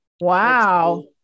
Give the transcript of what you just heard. Wow